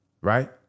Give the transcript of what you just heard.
right